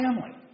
family